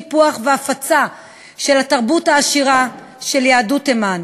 טיפוח והפצה של התרבות העשירה של יהדות תימן.